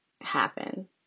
happen